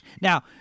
Now